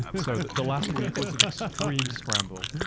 so the last week was an ah so extreme scramble.